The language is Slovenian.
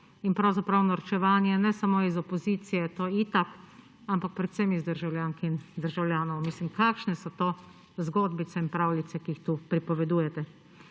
in pravzaprav norčevanje ne samo iz opozicije, to itak, ampak predvsem iz državljank in državljanov. Kakšne so to zgodbice in pravljice, ki jih tukaj pripovedujete?